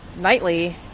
nightly